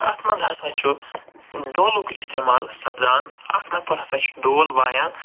اَتھ منٛز ہَسا چھُ ڈولُک اِستعمال سپدان اَکھ نفر ہَسا چھِ ڈول وایان